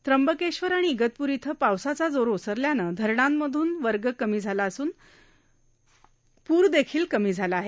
त्र्यंबकेश्वर आणि इगतप्री इथं पावसाचा जोर ओसरल्याने धरणांमधन वर्ग कमी झाला असून पूर देखील कमी झाला आहे